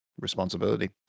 responsibility